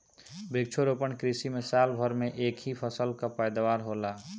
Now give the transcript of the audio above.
वृक्षारोपण कृषि में साल भर में एक ही फसल कअ पैदावार होला